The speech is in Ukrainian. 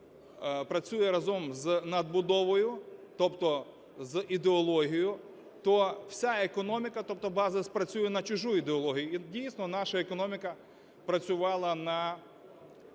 працює разом з надбудовою, тобто з ідеологією, то вся економіка, тобто базис, працює на чужу ідеологію. І, дійсно, наша економіка працювала на